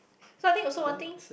so I think also one thing